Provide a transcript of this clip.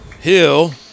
Hill